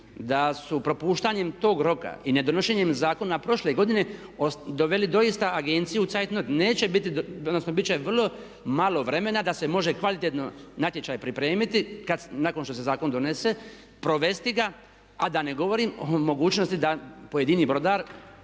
da su propuštanjem tog roka i ne donošenjem zakona prošle godine doveli doista agenciju u … neće biti, odnosno biti će vrlo malo vremena da se može kvalitetno natječaj pripremiti kad nakon što se zakon donese, provesti ga a da ne govorim o mogućnosti da pojedini brodar